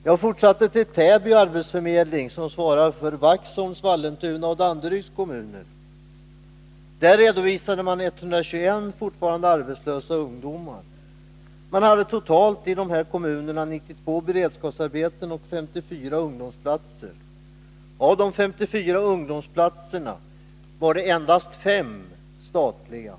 Jag fortsatte till Täby arbetsförmedling, som svarar för Vaxholms, Vallentuna och Danderyds kommuner. Där redovisade man 121 fortfarande arbetslösa ungdomar. Man hade totalt i dessa kommuner 92 beredskapsarbeten och 54 ungdomsplatser. Av de 54 ungdomsplatserna var endast 5 statliga.